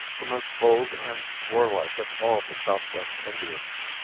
the most bold and warlike of all the southwest indians.